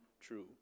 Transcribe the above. true